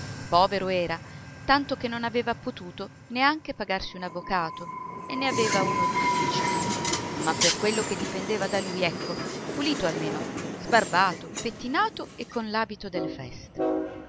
povero era tanto che non aveva potuto neanche pagarsi un avvocato e ne aveva uno d'ufficio ma per quello che dipendeva da lui ecco pulito almeno sbarbato pettinato e con l'abito delle feste